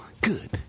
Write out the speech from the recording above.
Good